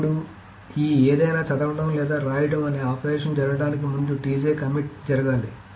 అప్పుడు ఈ ఏదైనా చదవడం లేదా రాయడం అనే ఆపరేషన్ జరగడానికి ముందు కమిట్ జరగాలి